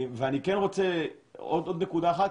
אני כן רוצה עוד נקודה אחת